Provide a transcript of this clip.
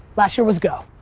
last year was go.